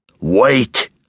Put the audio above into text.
Wait